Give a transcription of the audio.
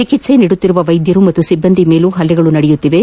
ಚಿಕಿತ್ಸೆ ನೀಡುತ್ತಿರುವ ವೈದ್ಯರು ಮತ್ತು ಸಿಬ್ಬಂದಿ ಮೇಲೂ ಹಲ್ಲೆಗಳು ನಡೆದಿವೆ